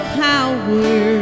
power